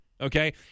okay